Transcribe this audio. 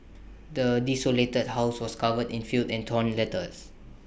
the desolated house was covered in filth and torn letters